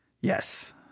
Yes